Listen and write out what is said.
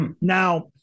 now